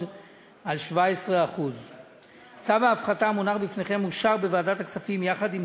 על 17%. צו ההפחתה המונח בפניכם אושר בוועדת הכספים יחד עם